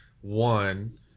One